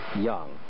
young